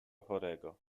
chorego